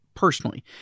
Personally